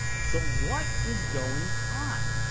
so what is going on?